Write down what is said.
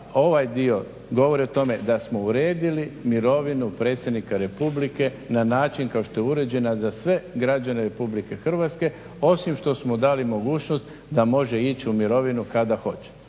ovaj dio govori o tome da smo uredili mirovinu predsjednika Republike na način kao što je uređena za sve građane RH osim što smo mu dali mogućnost da može ići u mirovinu kada hoće.